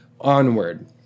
Onward